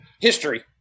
history